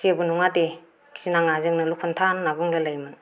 जेबो नङा दे गिनाङा जोंनोल' खिन्था होन्ना बुंलायलायो